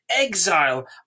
exile